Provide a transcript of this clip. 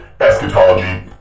eschatology